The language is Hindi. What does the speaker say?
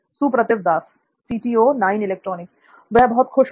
सुप्रतिव दास वह बहुत खुश होगा